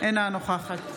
אינה נוכחת